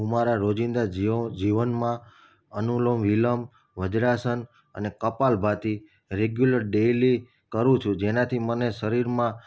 હું મારા રોજિંદા જીવનમાં અનુલોમ વિલોમ વજ્રાસન અને કપાલભાતી રેગ્યુલર ડેલી કરું છું જેનાથી મને શરીરમાં